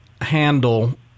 handle